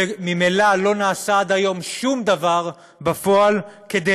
וממילא לא נעשה עד היום שום דבר בפועל כדי